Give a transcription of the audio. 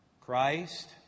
Christ